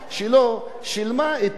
את דמי הביטוח הלאומי.